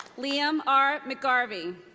liam r. mcgarvey.